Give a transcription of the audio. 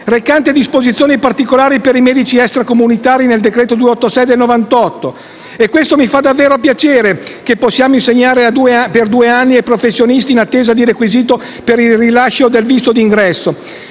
recante disposizioni particolari per i medici extracomunitari, nel decreto legislativo n. 286 del 1998. Mi fa davvero molto piacere che possiamo insegnare per due anni ai professionisti in attesa dei requisiti per il rilascio del visto di ingresso,